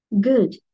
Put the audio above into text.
Good